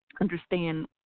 understand